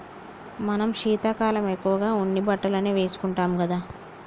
మనం శీతాకాలం ఎక్కువగా ఉన్ని బట్టలనే వేసుకుంటాం కదా